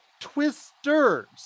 Twisters